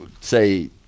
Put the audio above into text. say